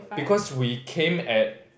because we came at